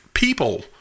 People